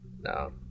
No